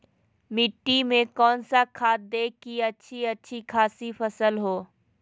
मिट्टी में कौन सा खाद दे की अच्छी अच्छी खासी फसल हो?